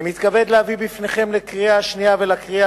אני מתכבד להביא בפניכם לקריאה השנייה ולקריאה